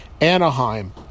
Anaheim